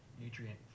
nutrient